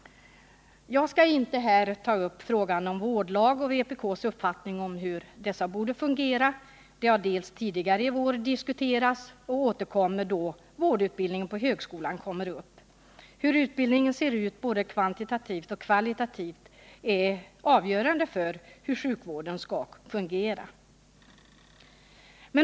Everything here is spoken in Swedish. Jag skall inte här ta upp frågan om vårdlag och vpk:s uppfattning om hur dessa borde fungera. Dels har den frågan diskuterats tidigare i vår, dels återkommer den då Vårdutbildningen på högskolan kommer upp. Hur utbildningen ser ut både kvantitativt och kvalitativt är avgörande för hur sjukvården skall fungera.